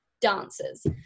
dancers